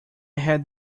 had